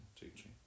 teaching